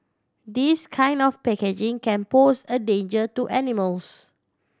this kind of packaging can pose a danger to animals